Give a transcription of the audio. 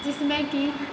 जिसमें कि